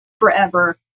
forever